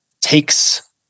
takes